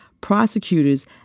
prosecutors